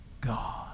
God